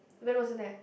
Ben wasn't there